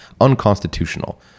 unconstitutional